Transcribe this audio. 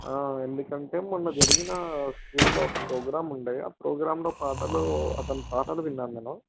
ఎందుకంటే మొన్న జరిగిన స్కూల్లో ఒక ప్రోగ్రాం ఉండే ఆ ప్రోగ్రాంలో పాటలు అతను పాటలు విన్నాను నేను